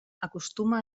acostuma